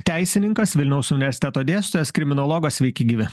teisininkas vilniaus universiteto dėstytojas kriminologas sveiki gyvi